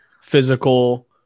Physical